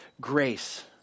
grace